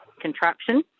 contraption